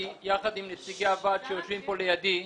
יחד עם נציגי הוועד שיושבים כאן לידי,